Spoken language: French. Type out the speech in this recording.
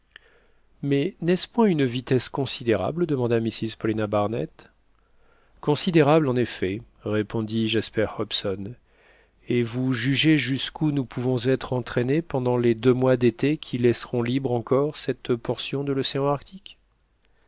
mais n'est-ce point une vitesse considérable demanda mrs paulina barnett considérable en effet répondit jasper hobson et vous jugez jusqu'où nous pouvons être entraînés pendant les deux mois d'été qui laisseront libre encore cette portion de l'océan arctique